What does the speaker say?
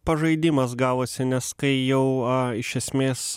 pažaidimas gavosi nes kai jau iš esmės